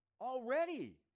Already